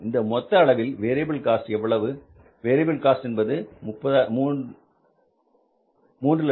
இந்த மொத்த அளவில் வேரியபில் காஸ்ட் எவ்வளவு புதிய வேரியபில் காஸ்ட் என்பது இப்போது 300010